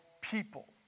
People